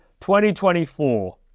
2024